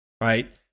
right